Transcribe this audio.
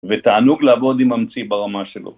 ותענוג לעבוד עם ממציא ברמה שלו.